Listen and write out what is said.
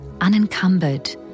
unencumbered